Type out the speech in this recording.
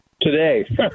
Today